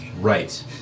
Right